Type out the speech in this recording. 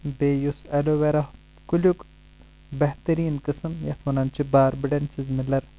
بییٚہِ یُس ایٚلوویرا کُلیُک بہترین قٕسم یتھ ونان چھِ باربڈن سز مِلر